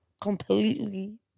completely